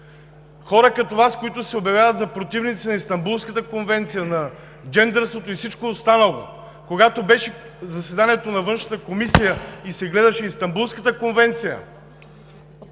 хора като Вас, които се обявяват за противници на Истанбулската конвенция, на джендърството и всичко останало, когато беше заседанието на Външната комисия и се гледаше Истанбулската конвенция,